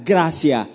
Gracia